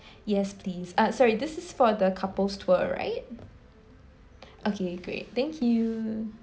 yes please uh sorry this is for the couple's tour right okay great thank you